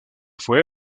fue